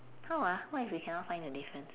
how ah what if we cannot find the difference